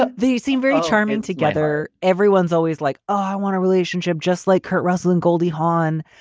but they seem very charming together everyone's always like, oh, i want a relationship just like kurt russell and goldie hawn.